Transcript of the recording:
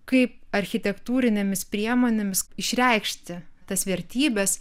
kaip architektūrinėmis priemonėmis išreikšti tas vertybes